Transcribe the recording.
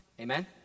Amen